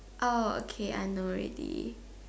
oh okay I know already